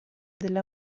della